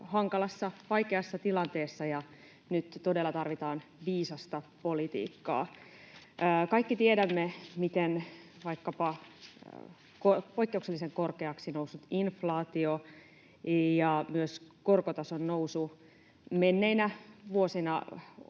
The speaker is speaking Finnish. hankalassa, vaikeassa tilanteessa ja nyt todella tarvitaan viisasta politiikkaa. Kaikki tiedämme, miten vaikkapa poikkeuksellisen korkeaksi noussut inflaatio ja myös korkotason nousu menneinä vuosina